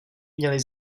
měli